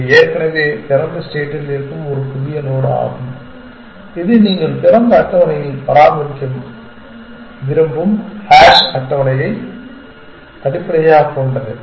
இது ஏற்கனவே திறந்த ஸ்டேட்டில் இருக்கும் ஒரு புதிய நோடு ஆகும் இது நீங்கள் திறந்த ஸ்டேட்டில் பராமரிக்க விரும்பும் ஹாஷ் அட்டவணையை அடிப்படையாகக் கொண்டது